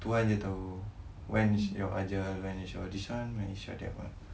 tuhan aje tahu when is your ajal when is your this [one] when is your that [one]